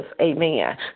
Amen